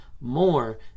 more